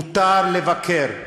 מותר לבקר,